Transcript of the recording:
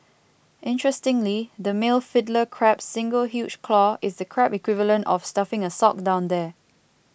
interestingly the male Fiddler Crab's single huge claw is the crab equivalent of stuffing a sock down there